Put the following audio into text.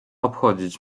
obchodzić